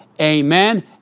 Amen